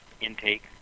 intake